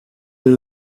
been